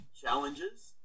challenges